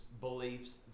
beliefs